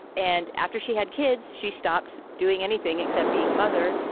and after she had kids, she stopped doing anything except being a mother.